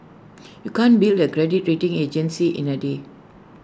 you can't build A credit rating agency in A day